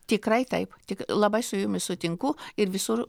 tikrai taip tik labai su jumis sutinku ir visur